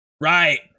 right